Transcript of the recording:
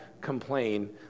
complain